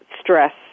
stress